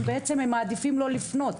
אם בעצם הם מעדיפים לא לפנות?